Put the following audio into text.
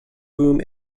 boom